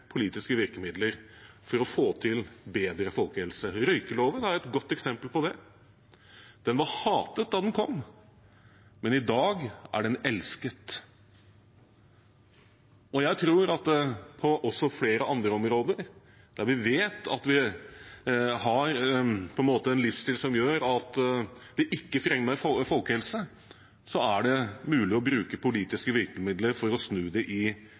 politiske virkemidler for å få til bedre folkehelse. Røykeloven er et godt eksempel på det. Den var hatet da den kom, men i dag er den elsket. Jeg tror at det også på flere andre områder der vi vet at vi har en livsstil som ikke fremmer folkehelse, er mulig å bruke politiske virkemidler for å snu det i